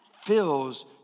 fills